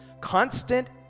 constant